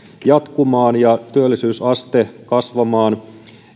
jatkumaan ja työllisyysaste kasvamaan